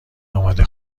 آماده